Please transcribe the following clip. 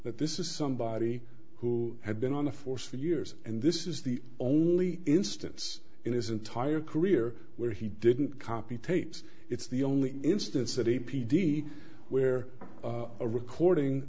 that this is somebody who had been on the force for years and this is the only instance in his entire career where he didn't copy tapes it's the only instance city p d where a recording